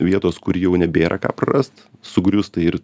vietos kur jau nebėra ką prarast sugrius tai ir